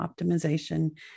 optimization